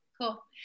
Cool